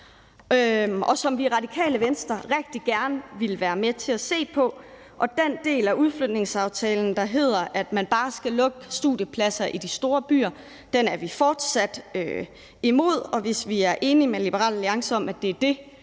og som vi i Radikale Venstre rigtig gerne vil være med til at se på. Den del af udflytningsaftalen, der går ud på, at man bare skal lukke studiepladser i de store byer, er vi fortsat imod, og hvis vi er enige med Liberal Alliance om, at det er det,